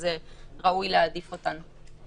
ראוי להעדיף אותן.